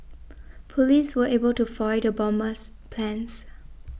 police were able to foil the bomber's plans